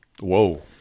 Whoa